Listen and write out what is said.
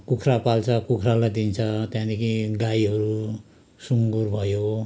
कुखुरा पाल्छ कुखुरालाई दिन्छ त्यहाँदेखि गाईहरू सुँगुर भयो